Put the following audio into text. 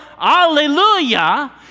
Hallelujah